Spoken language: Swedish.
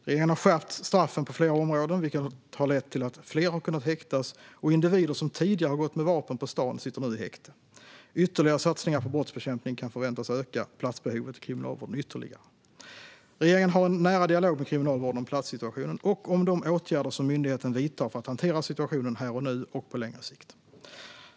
Regeringen har skärpt straffen på flera områden, vilket har lett till att fler har kunnat häktas och individer som tidigare hade gått med vapen på stan nu sitter i häkte. Ytterligare satsningar på brottsbekämpningen kan förväntas öka platsbehovet i Kriminalvården ytterligare. Regeringen har en nära dialog med Kriminalvården om platssituationen och om de åtgärder som myndigheten vidtar för att hantera situationen här och nu och på längre sikt.